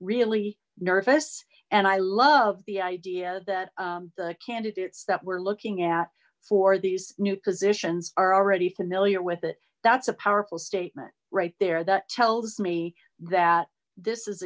really nervous and i love the idea that the candidates that we're looking at for these new positions are already familiar with it that's a powerful statement right there that tells me that this is